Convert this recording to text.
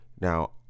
Now